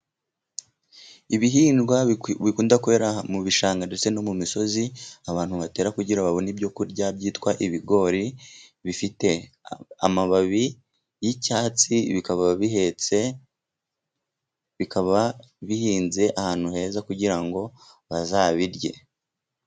Ibihingwa bikunda kuwera mu bishanga ndetse no mu misozi abantu batera kugira babone ibyo kurya byitwa ibigori bifite amababi y'icyatsi bikaba bihetse, bikaba bihinze ahantu heza kugira ngo bazabirye.